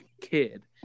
kid